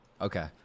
Okay